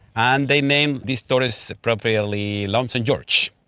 and they named this tortoise appropriately lonesome george.